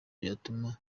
vyotuma